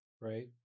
right